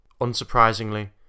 Unsurprisingly